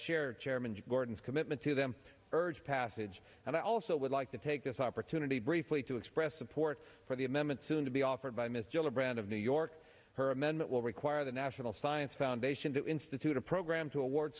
chairman gordon's commitment to them urge passage and i also would like to take this opportunity briefly to express support for the amendment soon to be offered by mr brown of new york her amendment will require the national science foundation to institute a program to award